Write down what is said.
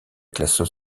classes